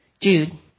Dude